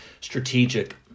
strategic